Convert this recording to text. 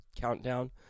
countdown